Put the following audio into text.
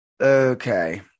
Okay